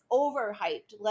overhyped